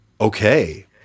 okay